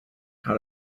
how